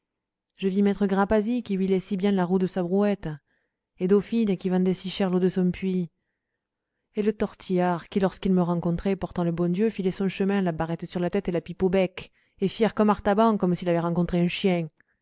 je vis maître grapasi qui huilait si bien la roue de sa brouette et dauphine qui vendait si cher l'eau de son puits et le tortillard qui lorsqu'il me rencontrait portant le bon dieu filait son chemin la barrette sur la tête et la pipe au bec et fier comme artaban comme s'il avait rencontré un chien